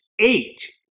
eight